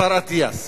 השר אטיאס.